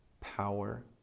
power